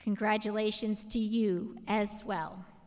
congratulations to you as well